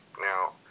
Now